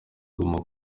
guma